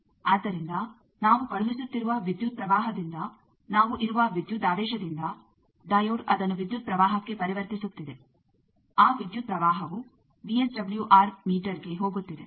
ಆದ್ದರಿಂದ ನಾವು ಕಳುಹಿಸುತ್ತಿರುವ ವಿದ್ಯುತ್ ಪ್ರವಾಹದಿಂದ ನಾವು ಇರುವ ವಿದ್ಯುದಾವೇಶದಿಂದ ಡೈಯೋಡ್ ಅದನ್ನು ವಿದ್ಯುತ್ ಪ್ರವಾಹಕ್ಕೆ ಪರಿವರ್ತಿಸುತ್ತಿದೆ ಆ ವಿದ್ಯುತ್ ಪ್ರವಾಹವು ವಿಎಸ್ಡಬ್ಲ್ಯೂಆರ್ ಮೀಟರ್ಗೆ ಹೋಗುತ್ತಿದೆ